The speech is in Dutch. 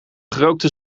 gerookte